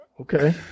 Okay